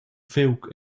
fiug